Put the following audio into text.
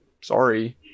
sorry